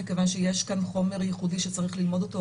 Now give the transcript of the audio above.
מכיוון שיש כאן חומר ייחודי שצריך ללמוד אותו,